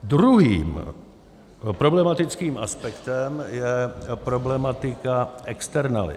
Druhým problematickým aspektem je problematika externalit.